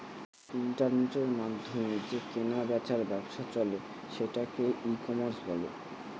ইন্টারনেটের মাধ্যমে যে কেনা বেচার ব্যবসা চলে সেটাকে ই কমার্স বলে